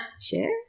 Share